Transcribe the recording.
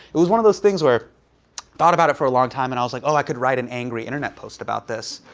it was one of those things where i thought about it for a long time, and i was like, oh, i could write an angry internet post about this.